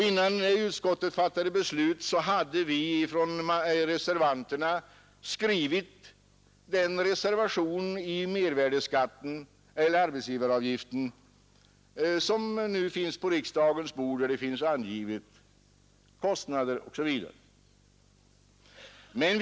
Innan utskottet fattade beslutet hade reservanterna skrivit den reservation mot arbetsgivaravgiften som nu ligger på riksdagens bord, och där fanns kostnader osv. angivna.